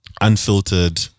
unfiltered